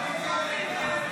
ההצעה להעביר